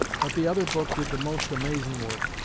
but the other book did the most amazin' work.